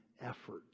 effort